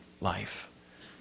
life